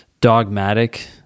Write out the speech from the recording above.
dogmatic